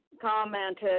commented